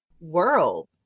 world